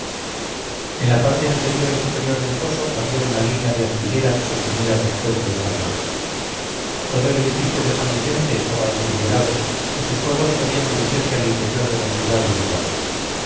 en la parte anterior y superior del foso había una línea de aspilleras sostenida por fuerte estacada todo el edificio de san vicente estaba aspillerado y sus fuegos podían dirigirse al interior de la ciudad y al campo